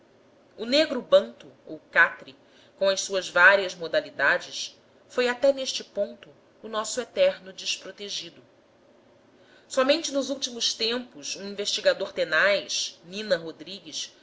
o negro banto ou cafre com as suas várias modalidades foi até neste ponto o nosso eterno desprotegido somente nos últimos tempos um investigador tenaz nina rodrigues